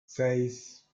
seis